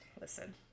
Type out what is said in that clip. Listen